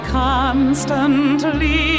constantly